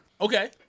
Okay